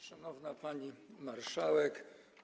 Szanowna Pani Marszałek!